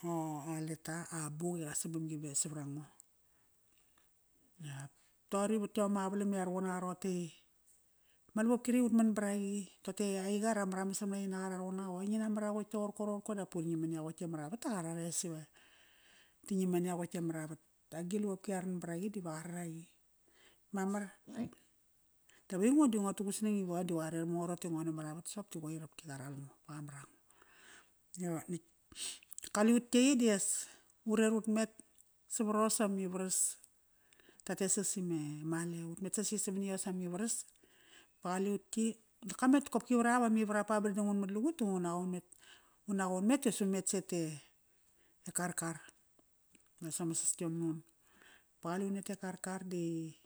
a letter, a buk inqansam vamgi ive savarango. Dap toqori vat iom ama qavalam i ra-ruqun naqa roqote i ma lavopki retk i ut man baraqi, toqote i aiqa ra maraman saramna ri naqa ra ruqun naqa i qor ngi na mar aqutk toqorko roqorko dap vuringam nani aqutk te maravat di qa rares ive ri ngiam nani aqutk te maravat. Agi lavopki i ra ranbaraqi diva qa raraqi. Mamar dap aingo di ngo tu gu sanang iva aiqa diva qa rer mango roqote i ngo namaravat soqop di qopki qa ral ngo ba qa mar ango. Yo nitk Kaliut yai dias urer ut met savaros amivaras tatesas ime male, utmet sasi samani yos amivaras ba qaliut yi dap Kamet qopki varap amivarap ba, ba dangdang i un mat lugut da ngu naqa un met, ngu naqa un met dias un met sete, e Karkar. As ama sas yom nun. Ba qalum et e Karkar di.